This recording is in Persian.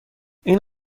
این